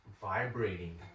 vibrating